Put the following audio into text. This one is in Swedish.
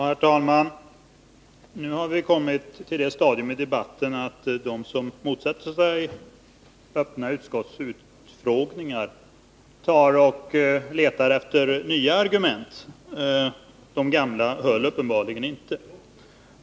Herr talman! Nu har vi kommit till det stadium i debatten då de som motsätter sig öppna utskottsutfrågningar letar efter nya argument — de gamla höll uppenbarligen inte.